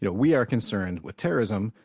you know we are concerned with terrorism,